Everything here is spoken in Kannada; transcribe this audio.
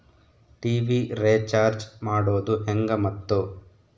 ಟಿ.ವಿ ರೇಚಾರ್ಜ್ ಮಾಡೋದು ಹೆಂಗ ಮತ್ತು?